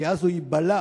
כי אז הוא ייבלע